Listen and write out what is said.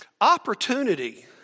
Opportunity